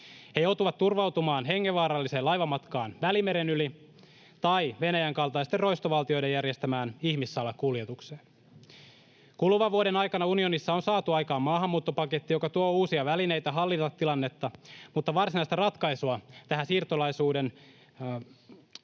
He joutuvat turvautumaan hengenvaaralliseen laivamatkaan Välimeren yli tai Venäjän kaltaisten roistovaltioiden järjestämään ihmissalakuljetukseen. Kuluvan vuoden aikana unionissa on saatu aikaan maahanmuuttopaketti, joka tuo uusia välineitä hallita tilannetta, mutta varsinaista ratkaisua tähän siirtolaisuuden hallinnan